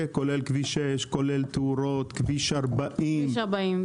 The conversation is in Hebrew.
כולל כביש 6, כולל תאורות, כביש 40 המסוכן.